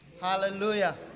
Hallelujah